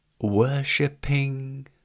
Worshipping